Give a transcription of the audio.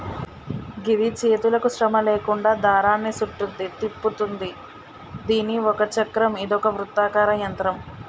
గిది చేతులకు శ్రమ లేకుండా దారాన్ని సుట్టుద్ది, తిప్పుతుంది దీని ఒక చక్రం ఇదొక వృత్తాకార యంత్రం